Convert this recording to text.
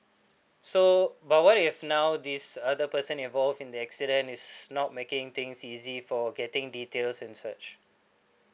so but what if now this other person involved in the accident is not making things easy for getting details and such